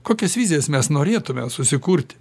kokias vizijas mes norėtume susikurti